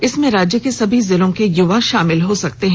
इसमें राज्य के सभी जिलों के युवा शामिल हो सकते हैं